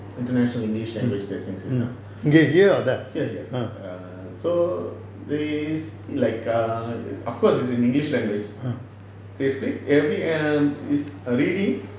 international english language testing system here here err so they is like err of course it's in english language they split every um it's a reading